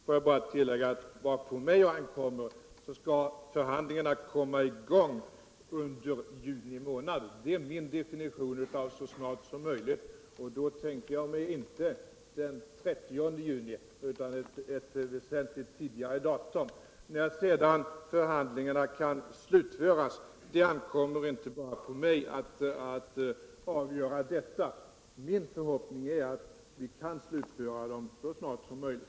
Herr talman! Får jag bara tillägga att vad på mig ankommer skall förhandlingarna komma i gång under juni månad. Det är min definition av uttrycket ”så snart som möjligt”, och då tänker jag mig inte den 30 juni utan ett väsentligt tidigare datum. Det ankommer inte bara på mig att avgöra när förhandlingarna kan slutföras, men min förhoppning är att vi också skall slutföra dem så snart som möjligt.